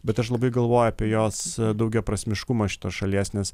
bet aš labai galvoju apie jos daugiaprasmiškumą šitos šalies nes